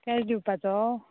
cash दिवपाचो